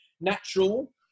natural